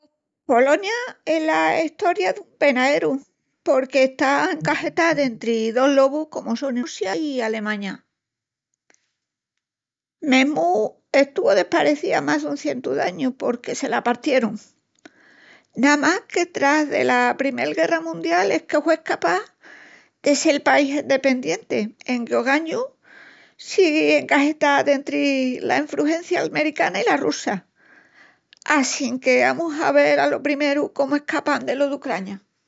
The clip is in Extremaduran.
Pos Polonia es la estoria dun penaeru porque está encaxetá dentri dos lobus comu sonin Russia i Alemaña. Mesmu estuvu desparecía más dun cientu d'añus porque se la partierun. Namás que tras dela primel guerra mundial es que hue escapás de sel país endependienti enque, ogañu, sigui encaxetá dentri la infrugencia almericana i la russa. Assínque amus a vel alo primeru comu escapan delo de Ucraña.